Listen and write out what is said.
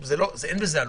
אין בזה עלויות,